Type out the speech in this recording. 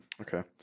Okay